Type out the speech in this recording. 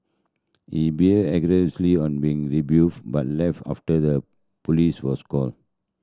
he aggressively on being rebuff but left after the police was called